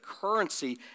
currency